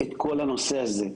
את כל הנושא הזה.